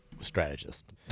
strategist